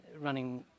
running